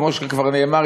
כמו שכבר נאמר,